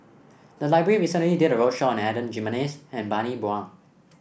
the library recently did a roadshow on Adan Jimenez and Bani Buang